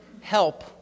help